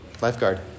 Lifeguard